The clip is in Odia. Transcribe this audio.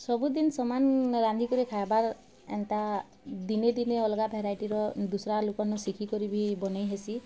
ସବୁଦିନ୍ ସମାନ୍ ରାନ୍ଧିକରି ଖାଏବାର୍ ଏନ୍ତା ଦିନେ ଦିନେ ଅଲଗା ଭେରାଇଟିର ଦୁସରା ଲୁକରନୁ ଶିଖିକରି ବି ବନେଇ ହେସି